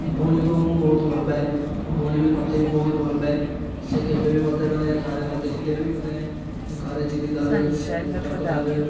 ଭଉଣୀକୁ ମୁଁ ବହୁତ ଭଲ ପାଏ ଆଉ ଭଉଣୀ ବି ମୋତେ ବହୁତ ଭଲ ପାଏ ସେ କେବେ ବି ମୋତେ ଥରେ ନ ଦେଖିଲେ ବି ମାନେ ଘରେ ଜିଦି କରେ ମାନେ ଚଗଲା ହୁଏ